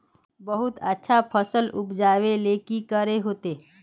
बहुत अच्छा फसल उपजावेले की करे होते?